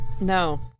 No